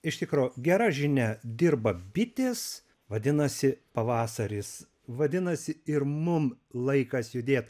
iš tikro gera žinia dirba bitės vadinasi pavasaris vadinasi ir mum laikas judėt